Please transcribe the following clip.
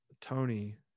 tony